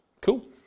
Cool